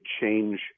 change